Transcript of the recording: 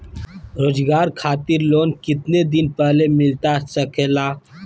रोजगार खातिर लोन कितने दिन पहले मिलता सके ला?